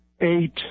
eight